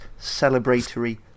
celebratory